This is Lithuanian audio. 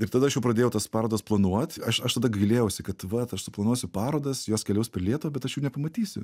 ir tada aš jau pradėjau tas parodas planuot aš aš tada gailėjausi kad vat aš suplanuosiu parodas jos keliaus per lietuvą bet aš jų nepamatysiu